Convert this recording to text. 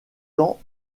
temps